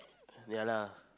ya lah